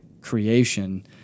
creation